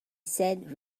said